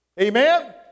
Amen